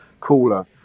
cooler